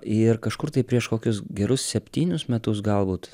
ir kažkur taip prieš kokius gerus septynius metus galbūt